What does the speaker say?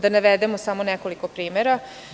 Da navedem samo nekoliko primera.